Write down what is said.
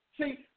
see